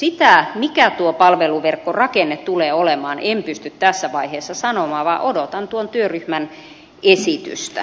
sitä mikä tuo palveluverkkorakenne tulee olemaan en pysty tässä vaiheessa sanomaan vaan odotan tuon työryhmän esitystä